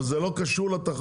אבל זה לא קשור לתחרות,